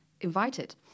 invited